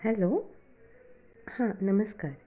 hello हां नमस्कार